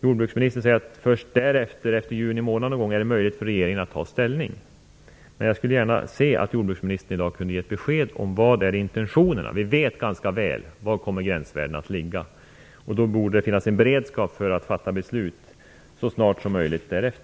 Jordbruksministern säger att först efter juni är det möjligt för regeringen att ta ställning. Jag skulle gärna se att jordbruksministern i dag kunde ge ett besked om vilka intentionerna är. Vi vet ganska väl var gränsvärdena kommer att ligga. Då borde det finnas en beredskap att fatta beslut så snart som möjligt.